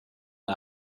der